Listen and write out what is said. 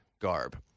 garb